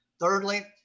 Thirdly